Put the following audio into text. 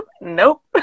nope